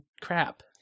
crap